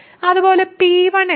അതുപോലെ P1 എന്താണ്